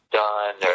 done